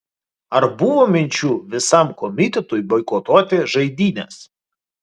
ar buvo minčių visam komitetui boikotuoti žaidynes